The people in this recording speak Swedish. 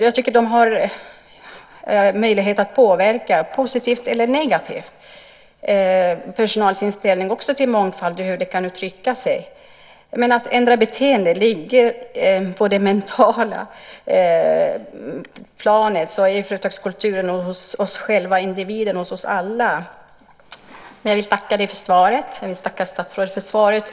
Jag tycker att de har möjlighet att påverka, positivt eller negativt, personalens inställning till mångfald och hur de kan uttrycka sig. Men att ändra beteende ligger på det mentala planet, i företagskulturen liksom hos oss själva som individer, hos oss alla. Men jag vill tacka statsrådet för svaret.